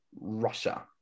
Russia